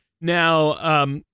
Now